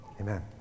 amen